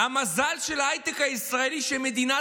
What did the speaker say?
המזל של ההייטק הישראלי הוא שמדינת